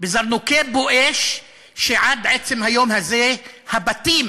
בזרנוקי "בואש", ועד עצם היום הזה הבתים